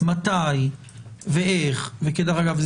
מתי ואיך דרך אגב,